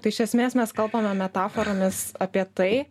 tai iš esmės mes kalbame metaforomis apie tai